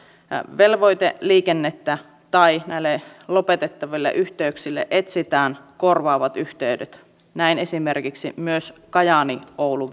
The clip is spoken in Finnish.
velvoiteliikennettä tai näille lopetettaville yhteyksille etsitään korvaavat yhteydet näin esimerkiksi myös kajaani oulu